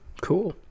cool